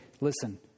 listen